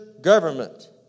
government